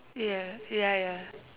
ya ya ya